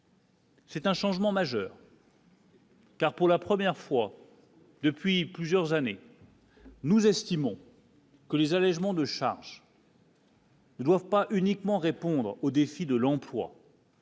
C'est un changement majeur. Car pour la première fois. Depuis plusieurs années. Nous estimons. Que les allégements de charges. Ne doivent pas uniquement répondre au défi de l'emploi.